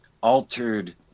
altered